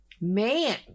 Man